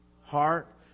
heart